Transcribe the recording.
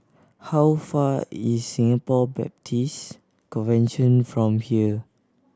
how far is Singapore Baptist Convention from here